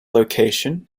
location